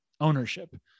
ownership